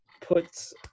puts